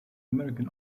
american